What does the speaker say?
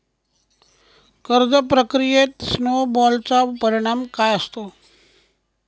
कर्ज प्रक्रियेत स्नो बॉलचा परिणाम काय असतो?